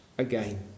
again